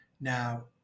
Now